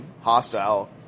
Hostile